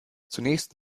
zunächst